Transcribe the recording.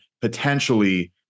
potentially